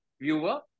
viewer